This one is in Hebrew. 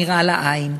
הנראה לעין.